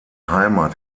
heimat